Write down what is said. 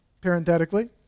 parenthetically